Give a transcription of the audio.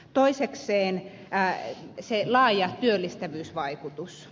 toisekseen sen laaja työllistävyysvaikutus